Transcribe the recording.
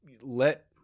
let